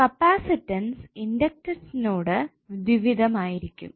capacitance ഇൻഡക്ടന്ടസിനോട് ദ്വിവിധമായിരിക്കും